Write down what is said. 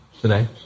today